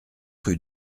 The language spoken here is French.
rue